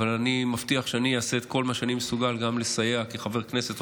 אבל אני מבטיח שאעשה כל מה שאני מסוגל גם לסייע כחבר כנסת,